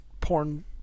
porn